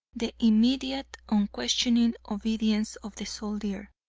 the immediate, unquestioning obedience of the soldier